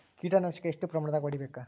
ಕೇಟ ನಾಶಕ ಎಷ್ಟ ಪ್ರಮಾಣದಾಗ್ ಹೊಡಿಬೇಕ?